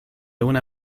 una